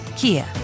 Kia